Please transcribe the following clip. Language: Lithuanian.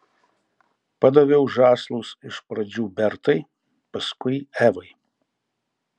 padaviau žąslus iš pradžių bertai paskui evai